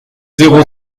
zéro